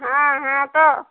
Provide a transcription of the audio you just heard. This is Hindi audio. हाँ हाँ तो